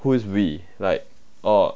who is we like 哦